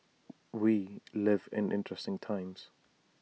we live in interesting times